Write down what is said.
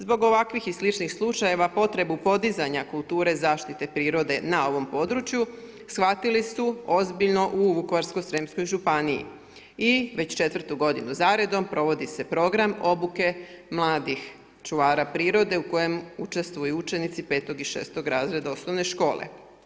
Zbog ovakvih i sličnih slučajeva potrebu podizanja kulture zaštite prirode na ovom području shvatili su ozbiljno u Vukovarsko-srijemskoj županiji i već četvrtu godinu za redom provodi se program obuke mladih čuvara prirode u kojem učestvuju učenici petog i šestog razreda osnovne škole.